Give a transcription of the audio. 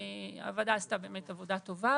הוועדה עשתה באמת עבודה טובה